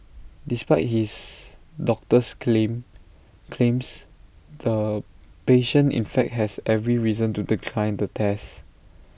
despite his doctor's claim claims the patient in fact has every reason to decline the test